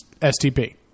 STP